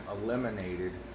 eliminated